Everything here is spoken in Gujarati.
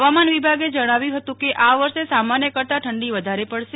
હવામાન વિભાગે જણાવ્યું હતું કે આ વર્ષે સામાન્ય કરતા ઠંડી વધારે પડશે